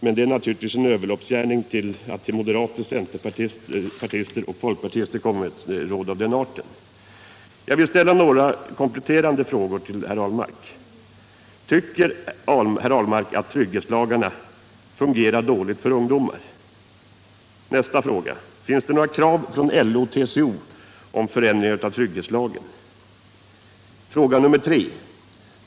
Men det är naturligtvis en överloppsgärning att till moderater, centerpartister och folkpartister ge ett råd av den arten. Jag vill ställa några kompletterande frågor till Per Ahlmark. 1. Tycker Per Ahlmark att trygghetslagarna fungerar dåligt för ungdomar? 2. Finns det några krav från LO-TCO om förändringar av trygghetslagarna? 3.